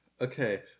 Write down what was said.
Okay